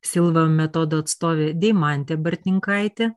silva metodo atstovė deimantė bartninkaitė